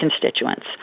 constituents